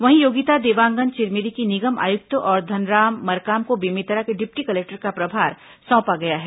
वहीं योगिता देवांगन चिरमिरी की निगम आयुक्त और धनराम मरकाम को बेमेतरा के डिप्टी कलेक्टर का प्रभार सौंपा गया है